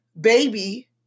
baby